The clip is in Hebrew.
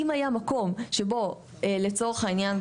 אם לצורך העניין,